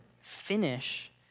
finish